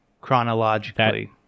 chronologically